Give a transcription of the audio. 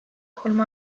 kolm